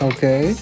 Okay